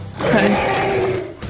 Okay